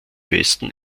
westen